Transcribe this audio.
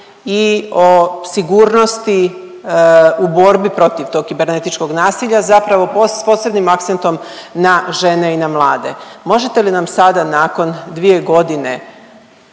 i o sigurnosti u borbi protiv tog kibernetičkog nasilja, zapravo s posebnim akcentom na žene i na mlade. Možete li nam sada nakon 2 godine